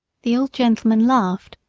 the old gentleman laughed,